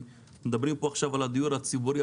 מדברים פה עכשיו על הדיור הציבורי,